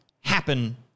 happen